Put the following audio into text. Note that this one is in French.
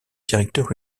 directeur